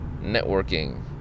networking